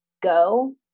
go